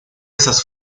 esas